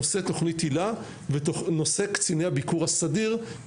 נושא תוכנית הילה ונושא קציני הביקור הסדיר,